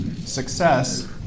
success